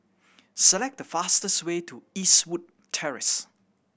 select the fastest way to Eastwood Terrace